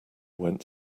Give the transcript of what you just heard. went